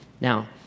Now